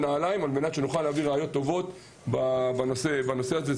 נעליים על מנת שנוכל להביא ראיות טובות בנושא הזה.